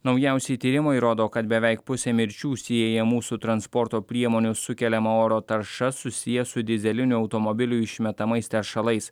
naujausiai tyrimai rodo kad beveik pusė mirčių siejamų su transporto priemonių sukeliama oro tarša susiję su dyzelinių automobilių išmetamais teršalais